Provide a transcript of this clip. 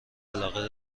علاقه